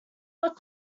what